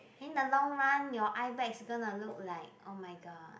in the long run your eyebags gonna to look like oh-my-god